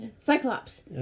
cyclops